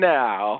now